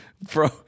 bro